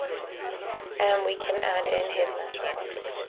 and we can add in his nationality.